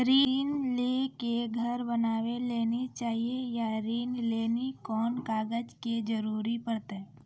ऋण ले के घर बनावे लेली चाहे या ऋण लेली कोन कागज के जरूरी परतै?